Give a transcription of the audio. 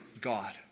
God